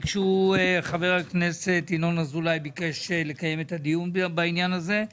חבר הכנסת ינון אזולאי ביקש לקיים את הדיון בעניין הזה.